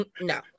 no